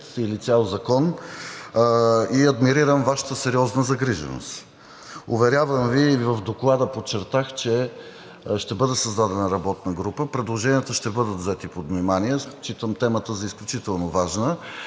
или цял закон, и адмирирам Вашата сериозна загриженост. Уверявам Ви, а и в Доклада подчертах, че ще бъде създадена работна група, предложенията ще бъдат взети под внимание. Считам темата за изключително важна.